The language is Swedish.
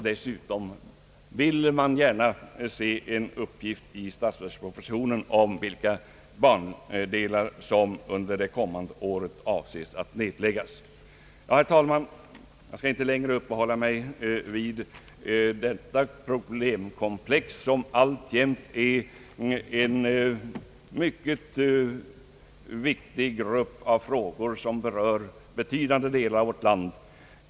Dessutom vill man gärna se en uppgift i statsverkspropositionen om vilka bandelar som under det kommande året avses bli nedlagda. Herr talman! Jag skall inte längre uppehålla mig vid detta problemkomplex, som omfattar en mycket viktig grupp av frågor, som berör betydande delar av vårt land.